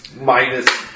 Minus